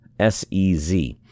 SEZ